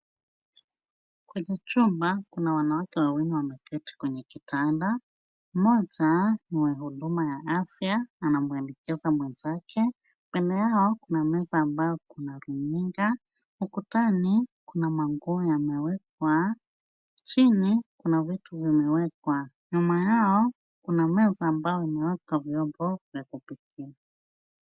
Kwenye chumba kuna wanawake wawili wameketi kwenye kitanda. Mmoja, mwenye huduma ya afya, anamwalekeza mwenzake. Mbele yao, kuna meza ambayo kuna runinga. Ukutani kuna manguo yamewekwa. Chini, kuna vitu vimewekwa. Nyuma yao, kuna meza ambayo imewekwa vyombo vya kupikia.